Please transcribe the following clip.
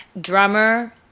drummer